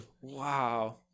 Wow